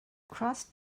crossed